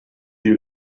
you